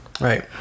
Right